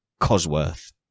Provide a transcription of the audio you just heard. Cosworth